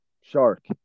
Shark